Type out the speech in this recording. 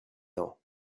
temps